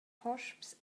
hosps